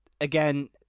again